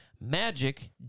Magic